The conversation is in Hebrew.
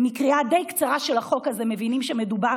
ומקריאה די קצרה של החוק הזה מבינים שמדובר